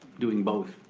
doing both